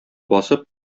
басып